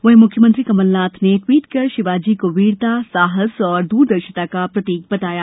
वहीं मुख्यमंत्री कमल नाथ ने ट्वीट कर शिवाजी को वीरता साहस और द्रदर्शिता का प्रतीक बताया